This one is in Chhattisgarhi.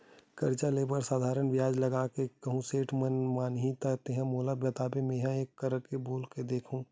करजा ले बर साधारन बियाज लगा के कहूँ सेठ ह नइ मानही त तेंहा मोला बताबे मेंहा एक फरक बोल के देखहूं